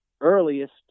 earliest